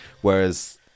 whereas